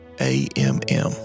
A-M-M